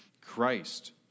Christ